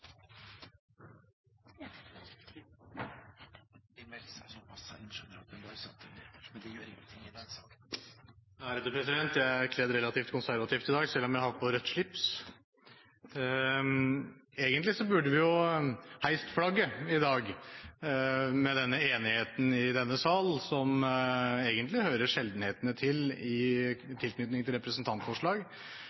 Det er ikke bare høyst ukorrekt, det er egentlig ikke tillatt. Jeg er kledd relativt konservativt i dag, selv om jeg har på rødt slips. Egentlig burde vi heist flagget i dag med denne enigheten i denne sal, som egentlig hører sjeldenheten til, i